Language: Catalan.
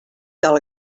del